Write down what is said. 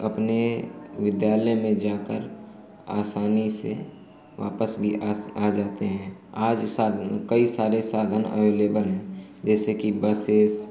अपने विद्यालय में जाकर आसानी से वापस भी आस आ जाते हैं आज साधन कई सारे साधन एवलेबल हैं जैसे कि बसेस